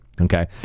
Okay